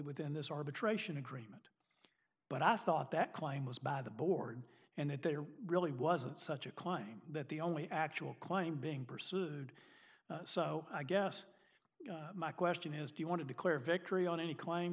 within this arbitration agreement but i thought that claim was by the board and that there really wasn't such a klein that the only actual claim being pursued so i guess my question is do you want to declare victory on any claim